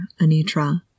Anitra